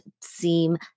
seem